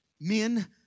Men